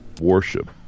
Worship